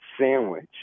sandwich